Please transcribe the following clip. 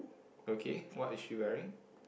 okay what is she wearing